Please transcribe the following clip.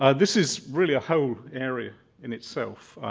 ah this is really a whole area in itself.